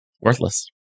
worthless